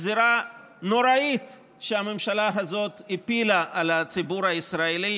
גזרה נוראית שהממשלה הזאת הפילה על הציבור הישראלי,